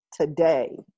today